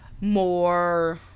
more